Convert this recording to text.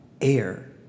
air